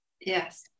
Yes